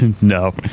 No